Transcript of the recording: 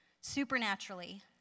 Supernaturally